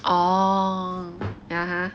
orh ya ha